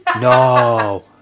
No